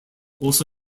also